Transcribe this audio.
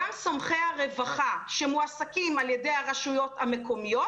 גם סומכי הרווחה שמועסקים על ידי הרשויות המקומיות